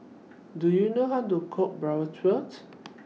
Do YOU know How to Cook Bratwurst